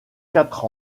quatre